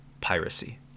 piracy